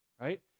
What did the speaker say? right